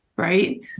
Right